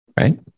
right